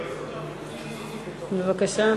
בבקשה.